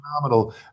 phenomenal